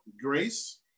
grace